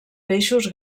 peixos